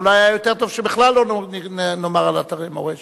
אז אולי היה יותר טוב שבכלל לא נאמר על אתרי מורשת?